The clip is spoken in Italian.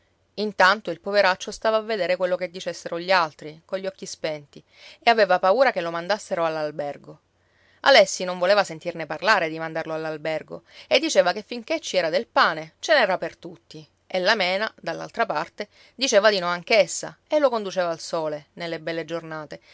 intanto il poveraccio stava a vedere quello che dicessero gli altri cogli occhi spenti e aveva paura che lo mandassero all'albergo alessi non voleva sentirne parlare di mandarlo all'albergo e diceva che finché ci era del pane ce n'era per tutti e la mena dall'altra parte diceva di no anch'essa e lo conduceva al sole nelle belle giornate